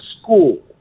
school